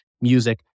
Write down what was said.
music